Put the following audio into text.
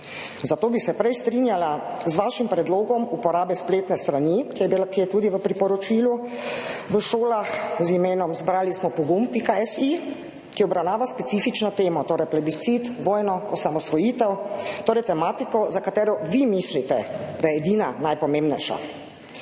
Zato bi se prej strinjala z vašim predlogom uporabe spletne strani, ki je tudi v priporočilu, v šolah z imenom zbralismopogum.si, ki obravnava specifično temo, torej plebiscit, vojno, osamosvojitev, torej tematiko, za katero vi mislite, da je edina najpomembnejša.